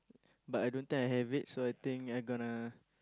but I don't think I have it so I think I'm gonna